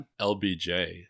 LBJ